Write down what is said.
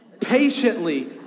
Patiently